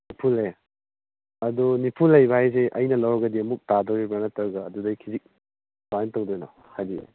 ꯅꯤꯝꯐꯨꯅꯦ ꯑꯗꯣ ꯅꯤꯝꯐꯨ ꯂꯩꯕ ꯍꯥꯏꯁꯦ ꯑꯩꯅ ꯂꯧꯔꯒꯗꯤ ꯑꯃꯨꯛ ꯇꯥꯗꯧꯔꯤꯕ꯭ꯔꯥ ꯅꯠꯇꯔꯒ ꯑꯗꯨꯗꯩ ꯈꯤꯖꯤꯛ ꯀꯃꯥꯏꯅ ꯇꯧꯗꯣꯏꯅꯣ ꯍꯥꯏꯗꯤ